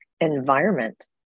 environment